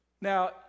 Now